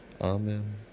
Amen